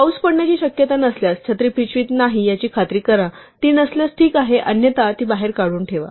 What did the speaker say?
पाऊस पडण्याची शक्यता नसल्यास छत्री पिशवीत नाही याची खात्री करा ती नसल्यास ठीक आहे अन्यथा ती बाहेर काढून ठेवा